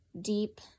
deep